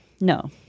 no